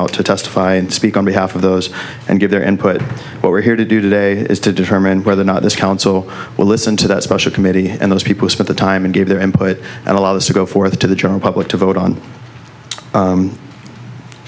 out to testify and speak on behalf of those and give their input what we're here to do today is to determine whether or not this council will listen to that special committee and those people spend the time and give their input and allow this to go forth to the general public to vote on